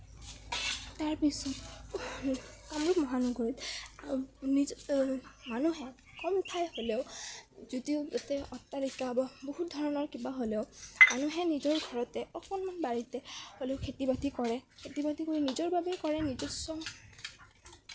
তাৰ পিছত কামৰূপ মহানগৰীত মানুহে কম ঠাই হ'লেও যদিও তাতে অট্টালিকা বা বহুত ধৰণৰ কিবা হ'লেও মানুহে নিজৰ ঘৰতে অকণমান বাৰীতে হ'লেও খেতি বাতি কৰে খেতি বাতি কৰি নিজৰ বাবেই কৰে নিজস্ব